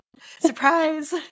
Surprise